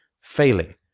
failing